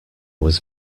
was